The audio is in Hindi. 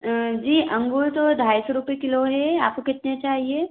जी अंगूर तो ढाई सौ रुपये किलो है आपको कितने चाहिए